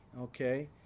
okay